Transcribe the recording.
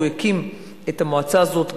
הקים את המועצה הזאת,